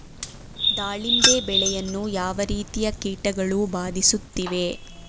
ದಾಳಿಂಬೆ ಬೆಳೆಯನ್ನು ಯಾವ ರೀತಿಯ ಕೀಟಗಳು ಬಾಧಿಸುತ್ತಿವೆ?